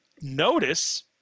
notice